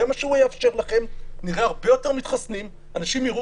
זה מה שהוא יאפשר לכם" אז הציבור יבין